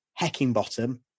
Heckingbottom